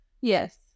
yes